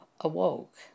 awoke